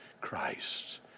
Christ